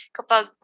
Kapag